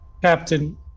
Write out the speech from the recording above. Captain